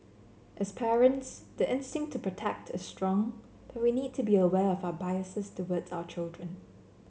as parents the instinct to protect is strong but we need to be aware of our biases towards our children